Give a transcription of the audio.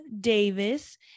davis